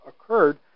occurred